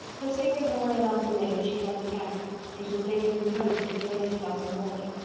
pursuing her way along the lane, she then began it. it was dated from rosings, at eight o'clock in the morning,